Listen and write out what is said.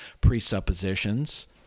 presuppositions